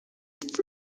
fut